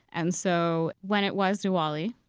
and so, when it was diwali,